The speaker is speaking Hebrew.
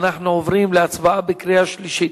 אנחנו עוברים להצבעה בקריאה שלישית.